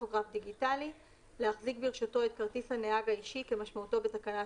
טכוגרף דיגיטלי-להחזיק ברשותו את כרטיס הנהג האישי כמשמעותו בתקנת